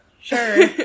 sure